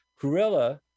cruella